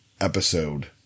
episode